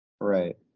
Right